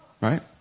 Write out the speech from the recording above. right